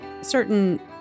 certain